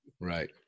Right